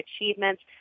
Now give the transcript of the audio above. achievements